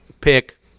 pick